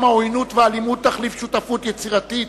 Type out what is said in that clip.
העוינות והאלימות תחליף שותפות יצירתית